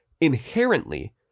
inherently